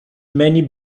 many